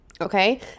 okay